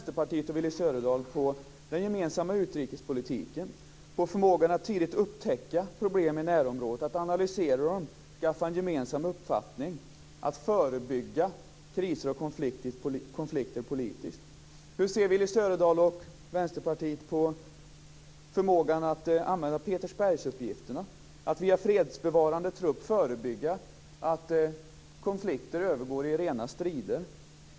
Willy Söderdahl på den gemensamma utrikespolitiken, på förmågan att tidigt upptäcka problem i närområdet, att analysera dem, skaffa en gemensam uppfattning och förebygga kriser och konflikter politiskt? Hur ser Willy Söderdahl och Vänsterpartiet på förmågan att använda Petersbergsuppgifterna, att via fredsbevarande trupp förebygga att konflikter övergår i rena strider?